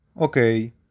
Okay